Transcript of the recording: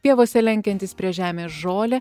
pievose lenkiantis prie žemės žolę